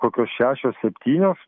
kokios šešios septynios